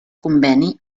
conveni